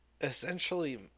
essentially